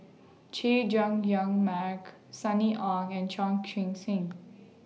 Chay Jung Jun Mark Sunny Ang and Chan Chun Sing